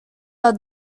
are